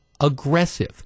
aggressive